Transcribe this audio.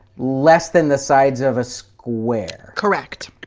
less than the sides of a square? correct.